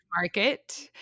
Market